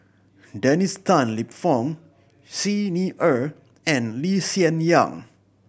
Dennis Tan Lip Fong Xi Ni Er and Lee Hsien Yang